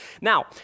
Now